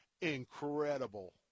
Incredible